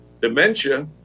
Dementia